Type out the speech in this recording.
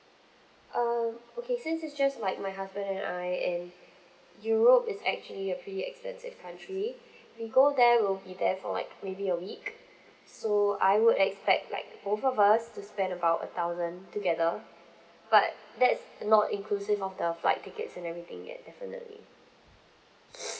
err okay since it's just like my husband and I and europe is actually a pretty expensive country we go there will be there for like maybe a week so I would expect like both of us to spend about a thousand together but that's not inclusive of the flight tickets and everything yet definitely